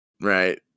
right